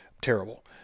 terrible